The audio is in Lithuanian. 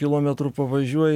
kilometrų pavažiuoji